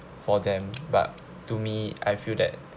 for them but to me I feel that